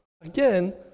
Again